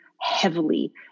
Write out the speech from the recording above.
heavily